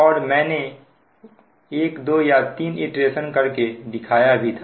और मैंने 1 2 या 3 इटरेशन कर के दिखाया भी था